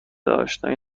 اشنایی